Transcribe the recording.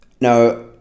Now